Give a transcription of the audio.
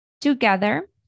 Together